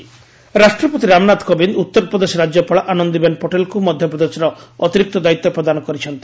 ଆନନ୍ଦିବେନ୍ ପଟେଲ ରାଷ୍ଟ୍ରପତି ରାମନାଥ କୋବିନ୍ଦ ଉତ୍ତରପ୍ରଦେଶ ରାଜ୍ୟପାଳ ଆନନ୍ଦିବେନ ପଟେଲଙ୍କୁ ମଧ୍ୟପ୍ରଦେଶର ଅତିରିକ୍ତ ଦାୟିତ୍ୱ ପ୍ରଦାନ କରିଛନ୍ତି